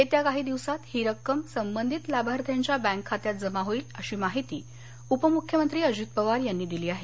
येत्या काही दिवसात ही रक्कम संबंधित लाभार्थ्यांच्या बँक खात्यात जमा होईल अशी माहिती उपमुख्यमंत्री अजित पवार यांनी दिली आहे